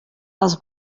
les